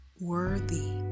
worthy